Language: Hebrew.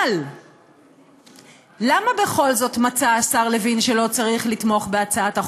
אבל למה בכל זאת מצא השר לוין שלא לתמוך בהצעת החוק?